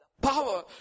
power